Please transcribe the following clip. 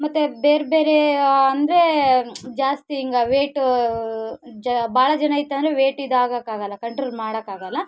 ಮತ್ತೆ ಬೇರೆ ಬೇರೆ ಅಂದರೆ ಜಾಸ್ತಿ ಹಿಂಗ ವೆಯ್ಟ್ ಜ ಭಾಳ ಜನ ಆಯ್ತಂದ್ರೆ ವೆಯ್ಟ್ ಇದಾಗೋಕ್ಕಾಗೋಲ್ಲ ಕಂಟ್ರೋಲ್ ಮಾಡೋಕ್ಕಾಗೋಲ್ಲ